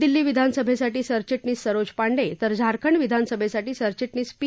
दिल्ली विधानसभेसाठी सरचि गीस सरोज पांडे तर झारखंड विधासभेसाठी सरचि गीस पी